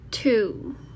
Two